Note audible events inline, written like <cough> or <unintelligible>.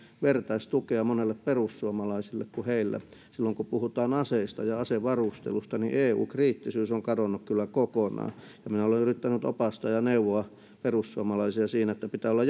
vertaistukea monelle perussuomalaiselle kun heillä silloin kun puhutaan aseista ja asevarustelusta eu kriittisyys on kadonnut kyllä kokonaan minä olen yrittänyt opastaa ja neuvoa perussuomalaisia siinä että pitää olla <unintelligible>